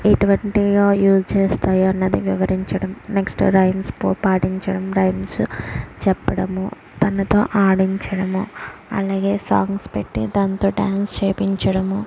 ఇటువంటి యూజ్ చేస్తాయ అన్నది వివరించడం నెక్స్ట్ రైమ్స్ పో పాటించడం రైమ్స్ చెప్పడము తనతో ఆడించడము అలాగే సాంగ్స్ పెట్టి దాంతో డాన్స్ చేపించడము